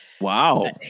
Wow